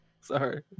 Sorry